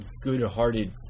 good-hearted